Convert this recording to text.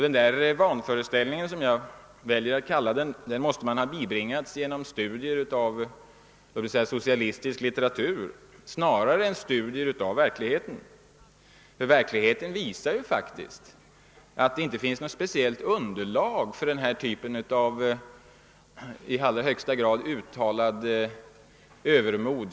Denna vanföreställning — jag väljer att kalla den så — måste man ha bibringats genom studier av socialistisk litteratur snarare än genom studier av verkligheten. Verkligheten visar faktiskt att det inte finns något speciellt underlag för denna typ av i allra högsta grad uttalat övermod.